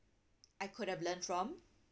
I could have learned from